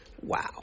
Wow